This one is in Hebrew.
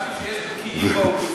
נראה לי שיש בקיאים באופוזיציה.